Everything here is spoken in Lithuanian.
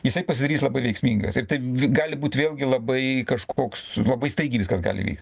jisai pasidarys labai veiksmingas ir tai gali būt vėlgi labai kažkoks labai staigiai viskas gali įvyk